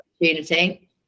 opportunity